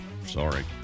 Sorry